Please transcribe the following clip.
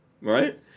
right